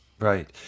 Right